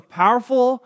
powerful